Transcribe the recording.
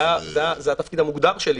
זה התפקיד המוגדר שלי.